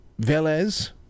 Velez